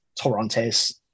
Torontes